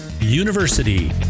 University